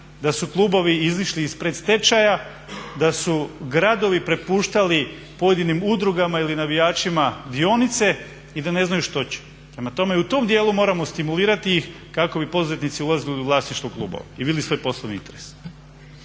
da su klubovi izišli iz predstečaja, da su gradovi prepuštali pojedinim udrugama ili navijačima dionice i da ne znaju što će. Prema tome i u tom dijelu moramo ih stimulirati ih kako bi poduzetnici ulazili u vlasništvo klubova i vidjeli svoj poslovni interes.